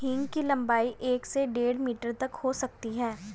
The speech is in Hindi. हींग की लंबाई एक से डेढ़ मीटर तक हो सकती है